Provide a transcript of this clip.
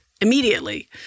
immediately